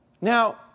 Now